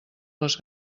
les